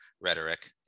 rhetoric